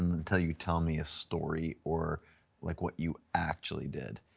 um until you tell me a story or like what you actually did.